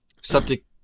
Subject